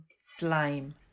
slime